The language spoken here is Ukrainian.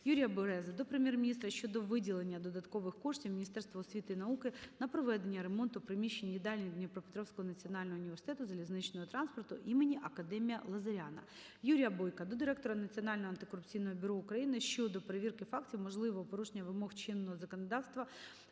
Юрія Берези до Прем'єр-міністра щодо виділення додаткових коштів Міністерству освіти і науки на проведення ремонту приміщень їдальні Дніпропетровського національного університету залізничного транспорту імені академіка Лазаряна. Юрія Бойка до директора Національного антикорупційного бюро України щодо перевірки фактів можливого порушення вимог чинного законодавства,